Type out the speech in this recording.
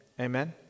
Amen